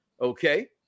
okay